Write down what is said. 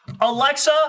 Alexa